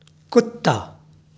کتا